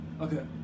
Okay